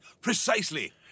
Precisely